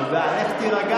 אני מסביר לך מה קרה.